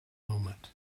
moment